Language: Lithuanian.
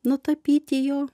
nutapyti jo